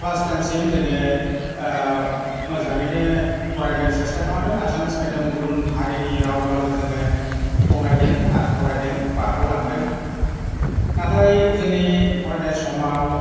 class टेनसिम जोङो मोजाङैनो फरायनो सेस्था खालामदों आसामिस मिडियाम गुबुन हारिनि रावब्लाबो जोङो गनायदों आर फरायदों बारगलांदों नाथाय जोंनि फरायनाय समाव